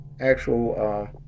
actual